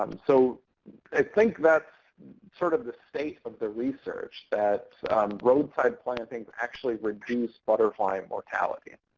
um so i think that's sort of the state of the research, that roadside planting actually reduced butterfly and mortality.